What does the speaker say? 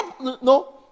no